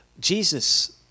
Jesus